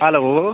hello